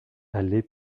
allée